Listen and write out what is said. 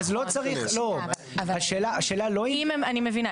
לא, השאלה לא אם --- אני מבינה.